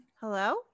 Hello